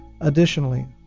Additionally